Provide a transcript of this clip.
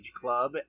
Club